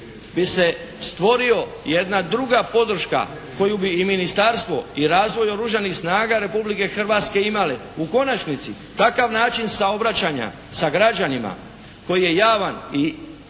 bi se stvorio jedna druga podrška koju bi i ministarstvo i razvoj oružanih snaga Republike Hrvatske imale. U konačnici takav način saobraćanja sa građanima koji je javan i koji